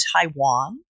Taiwan